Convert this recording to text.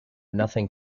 nothing